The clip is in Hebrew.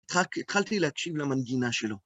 ‫התחלתי להקשיב למנגינה שלו.